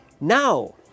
Now